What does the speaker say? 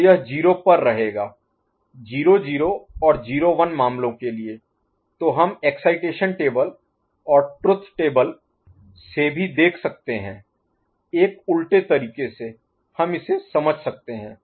तो यह 0 पर रहेगा 0 0 और 0 1 मामलों के लिए तो हम एक्साइटेशन टेबल और ट्रुथ टेबल से भी देख सकते हैं एक उलटे तरीके से हम इसे समझ सकते हैं